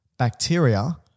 Bacteria